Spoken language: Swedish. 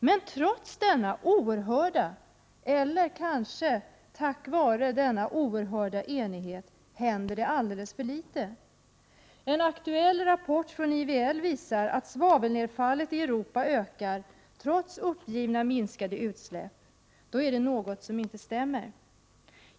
Men trots — eller kanske tack vare — denna oerhörda enighet händer det alldeles för litet. En aktuell rapport från IVL visar att svavelnedfallet i Europa ökar, trots uppgivna minskade utsläpp. Då är det något som inte stämmer.